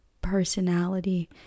personality